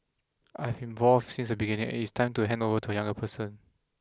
I have involved since the beginning and it is time to hand over to a younger person